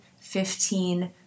fifteen